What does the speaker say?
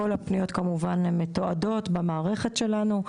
כל הפניות מתועדות במערכת שלנו.